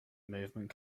movement